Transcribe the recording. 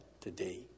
today